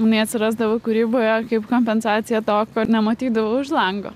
jinai atsirasdavo kūryboje kaip kompensacija to ko nematydavau už lango